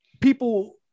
people